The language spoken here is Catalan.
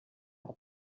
per